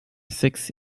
six